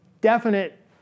Definite